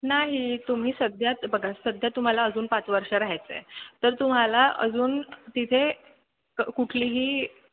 नाही तुम्ही सध्या बघा सध्या तुम्हाला अजून पाच वर्ष राहायचं आहे तर तुम्हाला अजून तिथे क कुठलीही